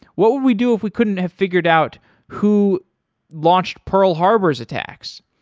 what would we do if we couldn't have figured out who launched pearl harbor's attacks.